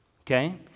okay